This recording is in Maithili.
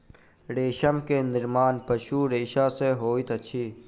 रेशम के निर्माण पशु रेशा सॅ होइत अछि